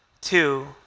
Two